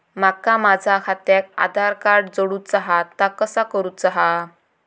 माका माझा खात्याक आधार कार्ड जोडूचा हा ता कसा करुचा हा?